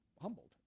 humbled